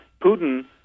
Putin